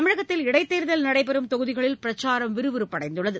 தமிழகத்தில் இடைத்தேர்தல் நடைபெறும் தொகுதிகளில் பிரச்சாரம் விறுவிறுப்படைந்துள்ளது